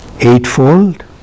eightfold